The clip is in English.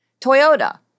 Toyota